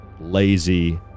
lazy